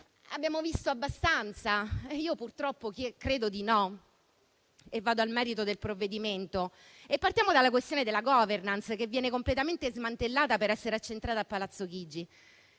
Abbiamo visto abbastanza? Io purtroppo credo di no e vado al merito del provvedimento. Partiamo dalla questione della *governance*, che viene completamente smantellata per essere accentrata a Palazzo Chigi.